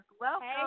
welcome